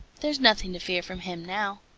there's nothing to fear from him now.